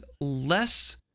less